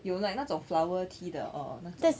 有 like 那种 flower tea 的 or 那个